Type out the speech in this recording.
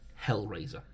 Hellraiser